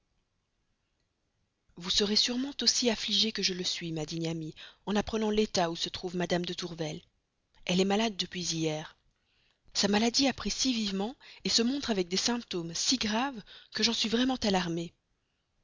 vous serez sûrement aussi affligée que je le suis ma digne amie en apprenant l'état où se trouve mme de tourvel elle est malade depuis hier sa maladie a pris si vivement se montre avec des symptômes si graves que j'en suis vraiment alarmée